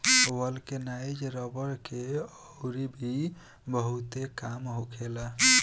vulcanise रबड़ के अउरी भी बहुते काम होखेला